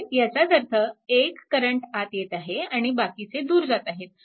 तर याचाच अर्थ एक करंट आत येत आहे आणि बाकीचे दूर जात आहेत